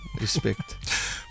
Respect